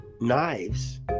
knives